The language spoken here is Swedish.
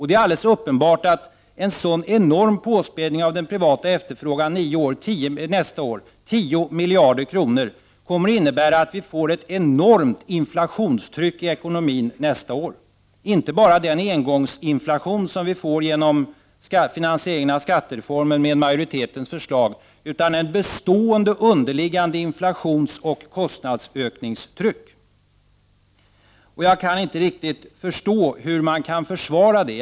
Det är alldeles uppenbart att en sådan enorm påspädning av den privata efterfrågan som 10 miljader nästa år kommer att innebära att vi får ett enormt inflationstryck i ekonomin nästa år, inte bara den engångsinflation som vi får genom finansieringen av skattereformen med majoritetens förslag, utan ett bestående underliggande inflationsoch kostnadsökningstryck. Jag kan inte riktigt förstå hur man kan försvara detta.